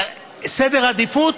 סדר עדיפויות,